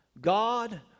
God